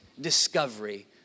discovery